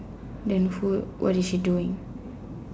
and who what is she doing